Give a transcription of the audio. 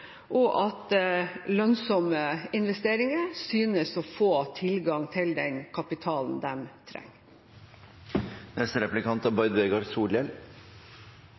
og at lønnsomme investeringer synes å få tilgang til den kapitalen de trenger.